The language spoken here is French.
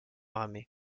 armées